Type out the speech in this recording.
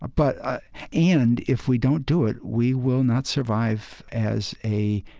ah but ah and if we don't do it, we will not survive as a